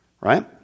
right